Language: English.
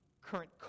current